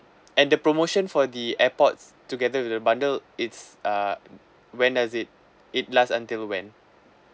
and the promotion for the airpods together with the bundle it's uh when does it it last until when